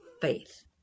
faith